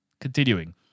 Continuing